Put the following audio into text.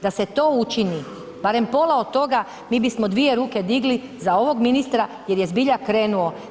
Da se to učini, barem pola od toga mi bismo dvije ruke digli za ovog ministra jer je zbilja krenuo.